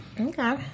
Okay